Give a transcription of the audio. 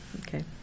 okay